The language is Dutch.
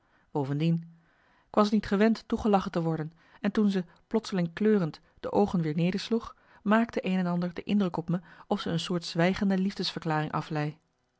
bovendien ik was t niet gewend toegelachen te worden en toen ze plotseling kleurend de oogen weer nedersloeg maakte een en ander de indruk op me of ze een soort zwijgende liefdesverklaring aflei